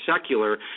secular